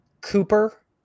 Cooper